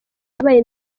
yabaye